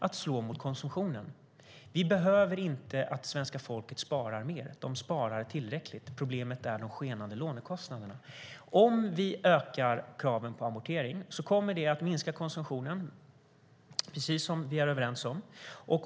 Svenska folket behöver inte spara mer. Det sparar tillräckligt. Problemet är de skenande lånekostnaderna. Om vi ökar kraven på amortering kommer det att minska konsumtionen, vilket vi är överens om.